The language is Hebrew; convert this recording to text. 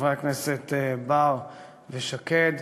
חברי הכנסת בר ושקד,